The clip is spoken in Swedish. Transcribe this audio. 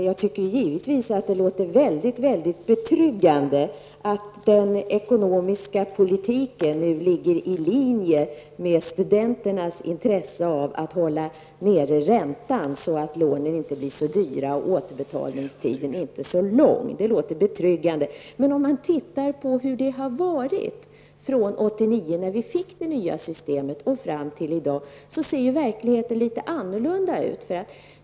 Jag tycker givetvis att det låter betryggande att den ekonomiska politiken nu ligger i linje med studenternas intresse av att hålla nere räntan så att lånen inte blir för dyra och återbetalningstiden så lång. Men hur har det varit sedan 1989, då vi fick det nya systemet, och fram till i dag? Verkligheten ser litet annorlunda ut.